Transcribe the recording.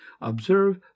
observe